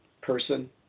person